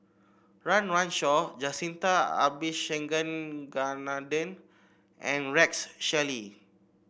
Run Run Shaw Jacintha Abisheganaden and Rex Shelley